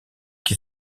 qui